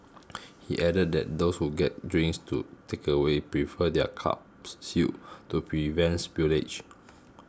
he added that those who get drinks to takeaway prefer their cups sealed to prevent spillage